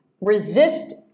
resist